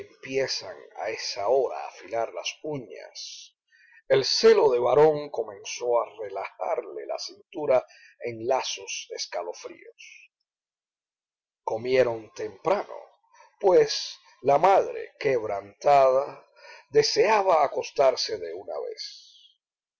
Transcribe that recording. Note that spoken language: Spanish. empiezan a esa hora a afilar las uñas el celo de varón comenzó a relajarle la cintura en lasos escalofríos comieron temprano pues la madre quebrantada deseaba acostarse de una vez